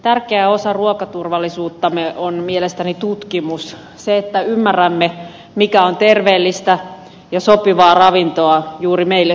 tärkeä osa ruokaturvallisuuttamme on mielestäni tutkimus se että ymmärrämme mikä on terveellistä ja sopivaa ravintoa juuri meille suomalaisille